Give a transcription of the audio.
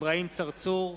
אברהים צרצור,